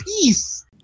peace